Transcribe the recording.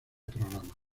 programas